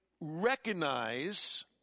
recognize